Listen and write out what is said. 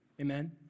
Amen